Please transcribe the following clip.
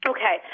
Okay